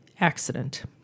accident